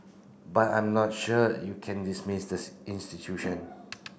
but I'm not sure you can dismiss the institution